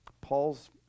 Paul's